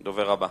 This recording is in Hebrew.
הדובר הבא,